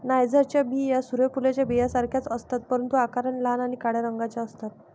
नायजरच्या बिया सूर्य फुलाच्या बियांसारख्याच असतात, परंतु आकाराने लहान आणि काळ्या रंगाच्या असतात